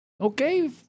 okay